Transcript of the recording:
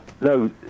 No